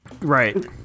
Right